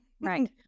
right